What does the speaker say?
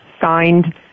signed